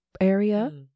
area